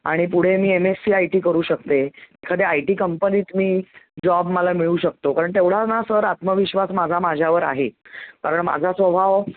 आणि पुढे मी एमएससी आय टी करू शकते एखाद्या आय टी कंपनीत मी जॉब मला मिळू शकतो कारण तेवढा ना सर आत्मविश्वास माझा माझ्यावर आहे कारण माझा स्वभाव